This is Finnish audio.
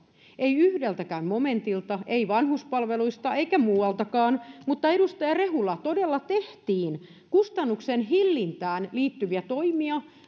ei yhdeltäkään momentilta ei vanhuspalveluista eikä muualtakaan mutta edustaja rehula todella tehtiin kustannusten hillintään liittyviä toimia